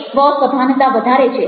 તે સ્વ સભાનતા વધારે છે